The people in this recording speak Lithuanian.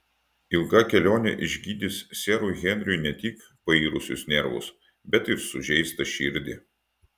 ilga kelionė išgydys serui henriui ne tik pairusius nervus bet ir sužeistą širdį